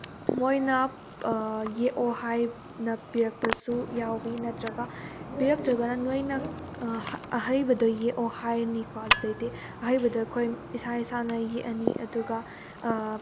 ꯃꯣꯏꯅ ꯌꯦꯛꯑꯣ ꯍꯥꯏꯅ ꯄꯤꯔꯛꯄꯁꯨ ꯌꯥꯎꯏ ꯅꯠꯇ꯭ꯔꯒ ꯄꯤꯔꯛꯇ꯭ꯔꯒꯅ ꯅꯣꯏꯅ ꯑꯍꯩꯕꯗꯣ ꯌꯦꯛꯑꯣ ꯍꯥꯏꯔꯅꯤꯀꯣ ꯑꯗꯨꯗꯩꯗꯤ ꯑꯍꯩꯕꯗꯣ ꯑꯩꯈꯣꯏ ꯏꯁꯥ ꯏꯁꯥꯅ ꯌꯦꯛꯑꯅꯤ ꯑꯗꯨꯒ